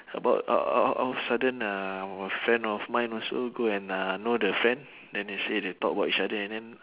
about out out out out of sudden uh our friend of mine also go and uh know the friend then they say they talk about each other and then